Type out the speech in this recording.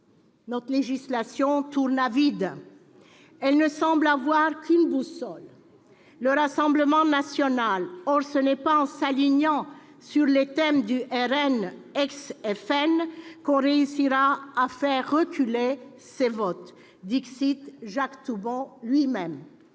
Notre législation tourne à vide. Elle ne semble avoir qu'une boussole : le Rassemblement national. Or ce n'est pas en s'alignant sur les thèmes du RN, ex-FN, que l'on réussira à faire reculer les votes en sa faveur, Jacques Toubon lui-même.